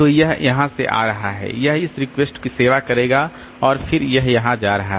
तो यह यहाँ से आ रहा है यह इस रिक्वेस्ट की सेवा करेगा और फिर यह वहाँ जा रहा है